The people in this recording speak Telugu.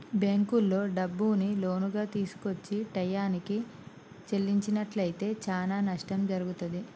బ్యేంకుల్లో డబ్బుని లోనుగా తీసుకొని టైయ్యానికి చెల్లించనట్లయితే చానా నష్టం జరుగుతాది